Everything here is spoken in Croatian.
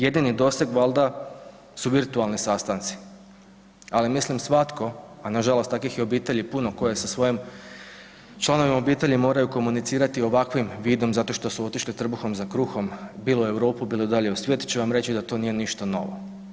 Jedni doseg su valjda virtualni sastanci, ali mislim svatko, a nažalost takvih je obitelji puno koji sa svojim članovima obitelji moraju komunicirati ovakvim vidom zato što su otišli trbuhom za kruhom bilo u Europu, bilo dalje u svijet će vam reći da to nije ništa novo.